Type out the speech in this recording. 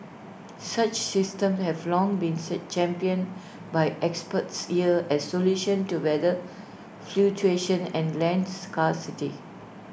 such systems have long been set championed by experts here as solutions to weather fluctuations and lands scarcity